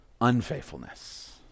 unfaithfulness